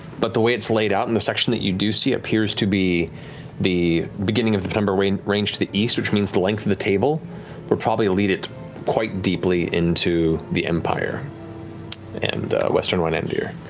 but the way it's laid out, and the section that you do see appears to be the beginning of the penumbra range range to the east which means the length of the table will probably lead it quite deeply into the empire and western wynandir.